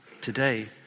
today